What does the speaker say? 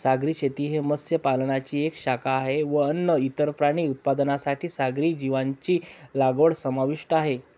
सागरी शेती ही मत्स्य पालनाची एक शाखा आहे व अन्न, इतर प्राणी उत्पादनांसाठी सागरी जीवांची लागवड समाविष्ट आहे